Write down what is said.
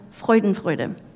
Freudenfreude